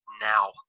now